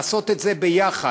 לעשות את זה יחד.